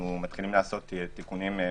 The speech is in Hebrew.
שנעשה תיקונים משמעותיים.